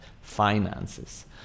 finances